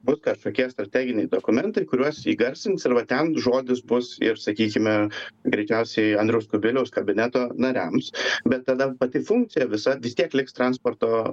bus kažkokie strateginiai dokumentai kuriuos įgarsins ir va ten žodis bus ir sakykime greičiausiai andriaus kubiliaus kabineto nariams bet tada pati funkcija visa vis tiek liks transporto